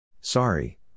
Sorry